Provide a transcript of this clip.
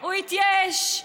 הוא התייאש.